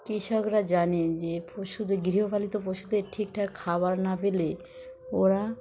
কৃষকরা জানে যে পশুদের গৃহপালিত পশুদের ঠিকঠাক খাবার না পেলে ওরা